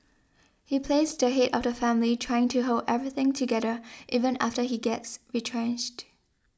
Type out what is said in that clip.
he plays the head of the family trying to hold everything together even after he gets retrenched